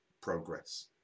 progress